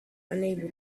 unable